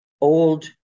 old